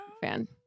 fan